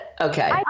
okay